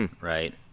right